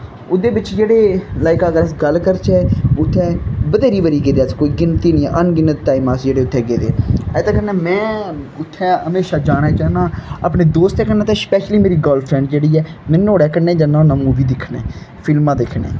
ओह्दे बिच्च जेह्ड़े लाईक अगर अस गल्ल करचै उत्थें बत्थेरी बारी गेदे अस कोई गिनती निं ऐ अनगित टाइम अस जेह्ड़े उत्थें गेदे ते कन्नै में उत्थें हमेशा जाना चाह्न्ना अपने दोस्तें कन्नै ते स्पैशली मेरी गर्ल फ्रैंड जेह्ड़ी ऐ में नोहाड़े कन्नै जन्ना होन्ना मूवी दिक्खने गी फिल्मां दिक्खने गी